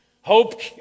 Hope